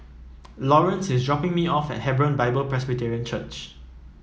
Laurence is dropping me off at Hebron Bible Presbyterian Church